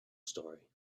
story